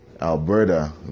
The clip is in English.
Alberta